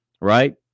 right